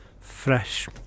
fresh